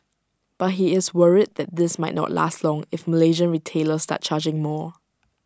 but he is worried that this might not last long if Malaysian retailers start charging more